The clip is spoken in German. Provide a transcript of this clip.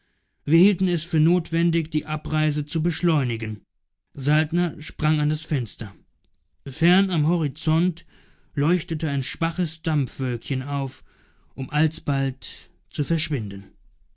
es für notwendig die abreise zu beschleunigen saltner sprang an das fenster fern am horizont leuchtete ein schwaches dampfwölkchen auf um alsbald zu verschwinden